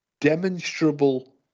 demonstrable